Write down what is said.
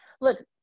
look